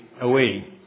Away